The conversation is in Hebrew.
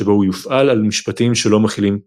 שבו הוא יופעל על משפטים שלא מכילים טוקני.